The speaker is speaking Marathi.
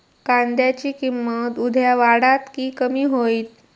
कांद्याची किंमत उद्या वाढात की कमी होईत?